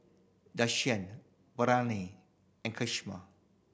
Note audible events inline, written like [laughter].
Desean [unintelligible] and [unintelligible]